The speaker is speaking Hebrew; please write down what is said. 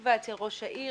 פתח-תקווה אצל ראש העיר,